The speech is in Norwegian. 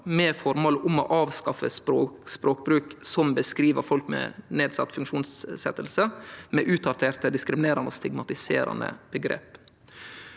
med føremål om å avskaffe språkbruk som beskriv folk med nedsett funksjonsevne med utdaterte, diskriminerande og stigmatiserande omgrep.